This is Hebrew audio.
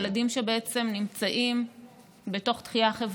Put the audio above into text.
ילדים שבעצם נמצאים בדחייה חברתית.